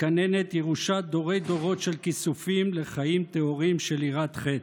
מקננת ירושת דורי-דורות של כיסופים לחיים טהורים של יראת החטא,